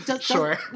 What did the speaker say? sure